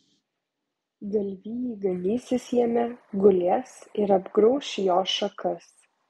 galvijai ganysis jame gulės ir apgrauš jo šakas